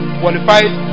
qualified